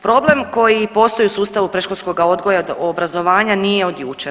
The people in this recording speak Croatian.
Problem koji postoji u sustavu predškolskoga odgoja i obrazovanja nije od jučer.